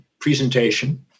presentation